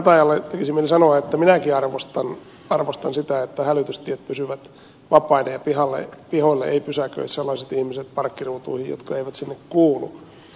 katajalle tekisi mieli sanoa että minäkin arvostan sitä että hälytystiet pysyvät vapaina ja pihoille eivät pysäköi sellaiset ihmiset parkkiruutuihin jotka eivät sinne kuulu